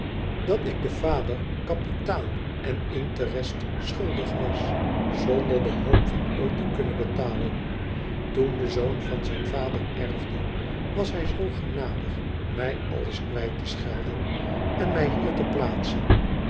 dat ik den vader kapitaal en intrest schuldig was zonder de hoop van ooit te kunnen betalen toen de zoon van zijn vader erfde was hij zoo genadig mij alles kwijt te schelden en mij hier te plaatsen